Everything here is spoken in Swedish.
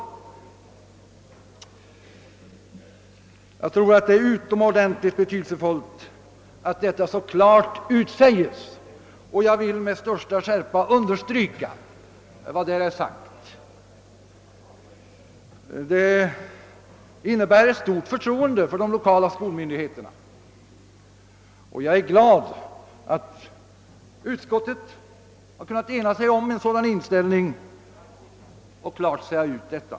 Jag tror att det är utomordentligt betydelsefullt att detta klart uttalas, och jag vill med största skärpa understryka vad som här har sagts. Det innebär ett stort förtroende för de lokala skolmyndigheterna, och jag är glad över att utskottet har kunnat ena sig om en sådan inställning.